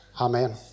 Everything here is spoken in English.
Amen